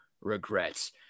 regrets